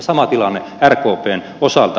sama tilanne rkpn osalta